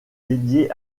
dédiée